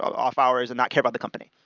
off hours and not care about the company.